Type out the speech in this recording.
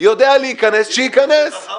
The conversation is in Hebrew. יודע להיכנס שייכנס.